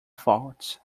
faults